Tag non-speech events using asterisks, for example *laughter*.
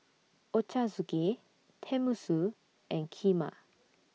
Ochazuke Tenmusu and Kheema *noise*